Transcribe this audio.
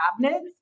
cabinets